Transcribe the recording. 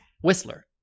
Whistler